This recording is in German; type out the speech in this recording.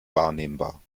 wahrnehmbar